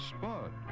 Spud